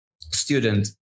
student